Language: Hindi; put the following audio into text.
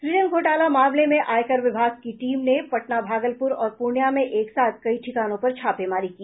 सूजन घोटाला मामले में आयकर विभाग की टीम ने पटना भागलपुर और पूर्णिया में एक साथ कई ठिकानों पर छापेमारी की